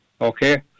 Okay